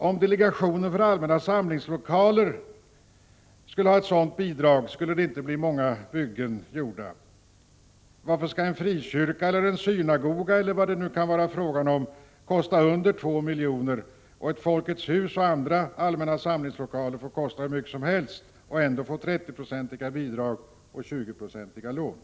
Om delegationen för allmänna samlingslokaler skulle ha sådana villkor för bidrag, skulle det inte bli många byggen gjorda. Varför skall en frikyrka, en synagoga eller vad det kan vara fråga om kosta under 2 milj.kr., medan ett Folkets hus och andra allmänna samlingslokaler får kosta hur mycket som helst och ändå få 30-procentiga bidrag och 20-procentiga lån?